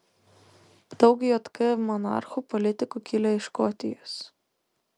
daug jk monarchų politikų kilę iš škotijos